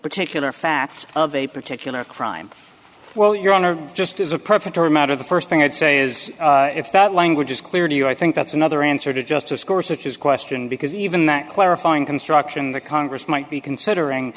particular facts of a particular crime well your honor just as a perfect or a matter the first thing i'd say is if that language is clear to you i think that's another answer to justice course of his question because even that clarifying construction the congress might be considering